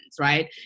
right